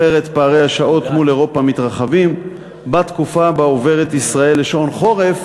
אחרת פערי השעות מול אירופה מתרחבים בתקופה שבה עוברת ישראל לשעון חורף,